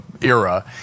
era